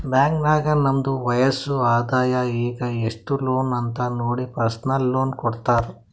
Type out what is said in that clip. bank ನಾಗ್ ನಮ್ದು ವಯಸ್ಸ್, ಆದಾಯ ಈಗ ಎಸ್ಟ್ ಲೋನ್ ಅಂತ್ ನೋಡಿ ಪರ್ಸನಲ್ ಲೋನ್ ಕೊಡ್ತಾರ್